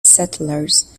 settlers